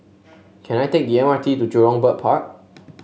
can I take the M R T to Jurong Bird Park